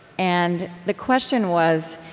and the question was,